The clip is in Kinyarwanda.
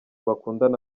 bakundana